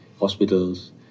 hospitals